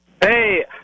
Hey